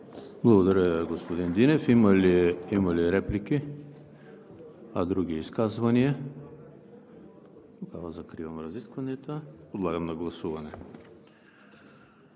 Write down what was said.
Благодаря, господин Динев. Има ли реплики? Няма. Други изказвания? Не виждам. Закривам разискванията. Подлагам на гласуване